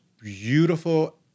beautiful